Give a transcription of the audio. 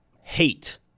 hate